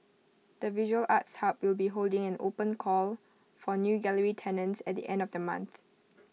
the visual arts hub will be holding an open call for new gallery tenants at the end of the month